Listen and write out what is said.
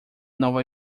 nova